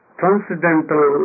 transcendental